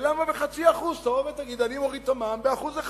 ולמה ב-0.5%?